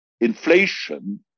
inflation